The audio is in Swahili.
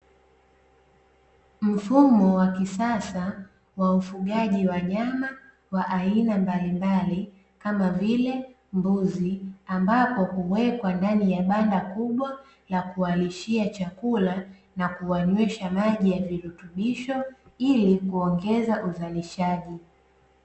Mfumo wa kisasa wa ufugaji wanyama wa aina mbalimbali, kama vile mbuzi, ambapo huwekwa ndani ya banda kubwa la kuwalishia chakula na kuwanywesha maji ya virutubisho ili kuongeza uzalishaji.